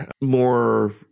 more